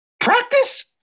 practice